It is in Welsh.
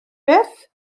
beth